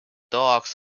dogs